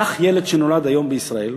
קח ילד שנולד היום בישראל,